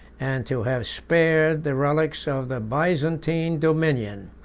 and to have spared the relics of the byzantine dominion.